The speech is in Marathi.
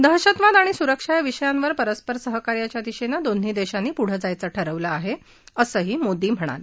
दहशतवाद आणि सुरक्षा या विषयांवर परस्पर सहकार्याच्या दिशेने दोन्ही देशांनी पुढ जायचं ठरवलं आहे असंही मोदी म्हणाले